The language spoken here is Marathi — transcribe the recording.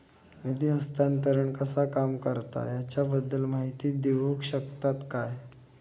निधी हस्तांतरण कसा काम करता ह्याच्या बद्दल माहिती दिउक शकतात काय?